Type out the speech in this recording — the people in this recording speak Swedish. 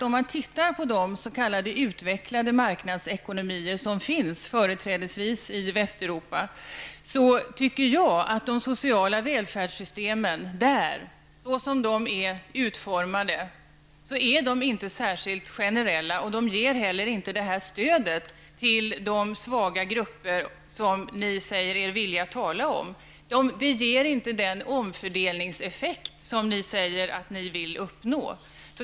Om man tittar på de s.k. utvecklade marknadsekonomier som finns, företrädesvis i Västeuropa, kan man enligt min mening se att de sociala välfärdssystemen där inte är särskilt generella, och de ger inte heller ett sådant stöd till de svaga grupperna som ni säger er tala om. Där finns inte den omfördelningseffekt som ni säger er vilja uppnå.